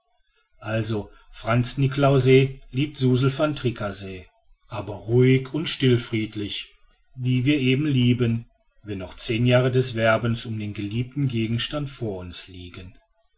also frantz niklausse liebte suzel van tricasse aber ruhig und stillfriedlich wie wir eben lieben wenn noch zehn jahre des werbens um den geliebten gegenstand vor uns liegen